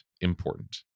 important